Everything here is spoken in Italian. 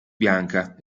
bianca